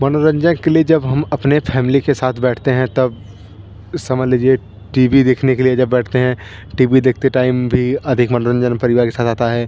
मनोरंजन के लिए जब हम अपने फ़ैम्ली के साथ बैठते हैं तब समझ लीजिए टि बी देखना के लिए जब बैठते हैं टि बी देखते टाइम भी अधिक मनोरंजन परिवार के साथ आता है